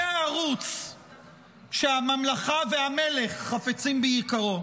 זה הערוץ שהממלכה והמלך חפצים ביקרו.